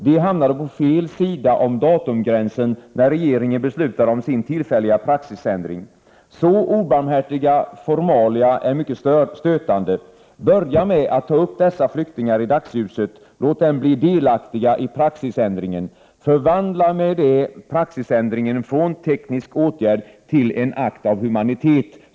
De hamnade på fel sida om datumgränsen när regeringen beslutade om sin tillfälliga praxisändring. Så obarmhärtiga formalia är mycket stötande. Börja med att ta upp dessa flyktingar i dagsljuset. Låt dem bli delaktiga i praxisändringen. Förvandla med det praxisändringen från teknisk åtgärd till en akt av humanitet.